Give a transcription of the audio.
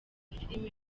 filime